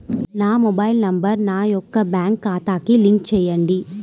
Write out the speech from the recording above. నా mobile number నా యొక్క బ్యాంక్ ఖాతాకి లింక్ చేయండీ?